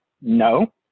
no